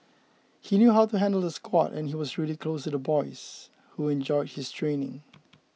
he knew how to handle the squad and he was really close to the boys who enjoyed his training